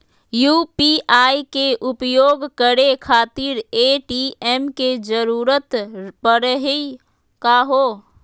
UPI के उपयोग करे खातीर ए.टी.एम के जरुरत परेही का हो?